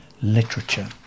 literature